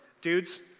Dudes